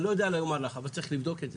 אני לא יודע לומר לך, אבל צריך לבדוק את זה.